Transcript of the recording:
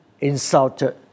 insulted